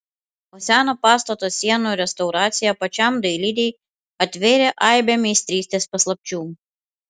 o seno pastato sienų restauracija pačiam dailidei atvėrė aibę meistrystės paslapčių